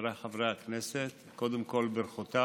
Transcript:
חבריי חברי הכנסת, קודם כול ברכותיי